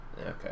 Okay